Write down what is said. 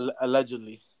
Allegedly